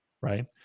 right